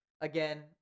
again